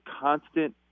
constant